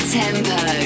tempo